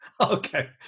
Okay